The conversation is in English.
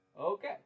okay